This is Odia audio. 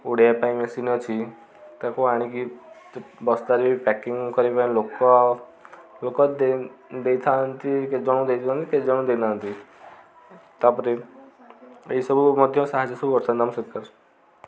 ଉଡ଼େଇବା ପାଇଁ ମେସିନ୍ ଅଛି ତାକୁ ଆଣିକି ବସ୍ତାରେ ବି ପ୍ୟାକିଂ କରିବା ପାଇଁ ଲୋକ ଲୋକ ଦେଇଥାନ୍ତି କେତେ ଜଣଙ୍କୁ ଦେଇଥାନ୍ତି କେତେଜଣଙ୍କୁ ଦେଇନାହାଁନ୍ତି ତାପରେ ଏଇସବୁ ମଧ୍ୟ ସାହାଯ୍ୟ ସବୁ ବର୍ତ୍ତମାନ ଆମ ସରକାର